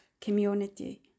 community